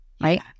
Right